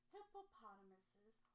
Hippopotamuses